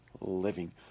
living